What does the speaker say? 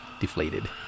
deflated